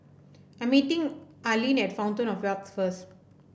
I'm meeting Arline at Fountain Of Wealth first